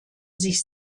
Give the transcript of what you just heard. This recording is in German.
sich